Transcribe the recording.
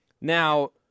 Now